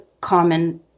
common